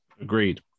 Agreed